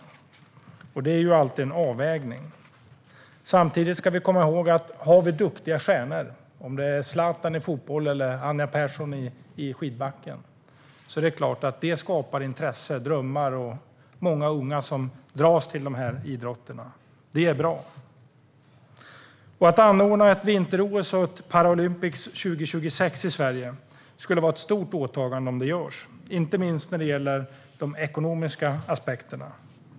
Det är alltid en avvägning. Samtidigt ska vi komma ihåg att om vi har duktiga stjärnor som Zlatan i fotboll eller Anja Pärson i skidbacken är det klart att det skapar intresse och drömmar och många unga som dras till dessa idrotter. Det är bra. Att anordna ett vinter-OS och Paralympics 2026 skulle vara ett stort åtagande, inte minst när det gäller de ekonomiska aspekterna.